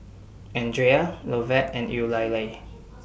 Andria Lovett and Eulalie